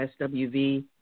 SWV